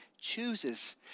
chooses